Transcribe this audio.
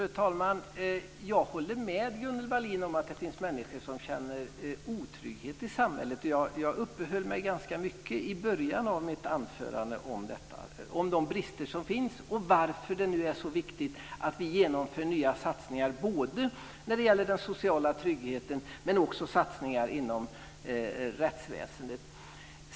Fru talman! Jag håller med Gunnel Wallin om att det finns människor som känner otrygghet i samhället. I början av mitt anförande uppehöll jag mig ganska mycket vid de brister som finns och varför det nu är så viktigt att vi genomför nya satsningar när det gäller både den sociala tryggheten och inom rättsväsendet.